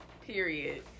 Period